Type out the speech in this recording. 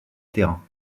terrain